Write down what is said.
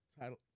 title